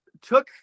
took